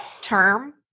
term